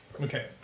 okay